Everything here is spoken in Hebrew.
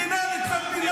מדינה לצד מדינה